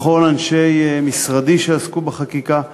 לכל אנשי משרדי שעסקו בחקיקה.